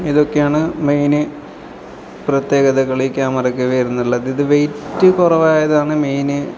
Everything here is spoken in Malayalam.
ഇതൊക്കെയാണ് മെയിന് പ്രത്യേകതകൾ ഈ ക്യാമറയ്ക്ക് വരുന്നുള്ളത് ഇത് വെയ്റ്റ് കുറവായതാണ് മെയിന്